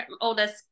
oldest